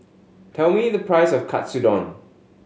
tell me the price of Katsudon